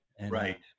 right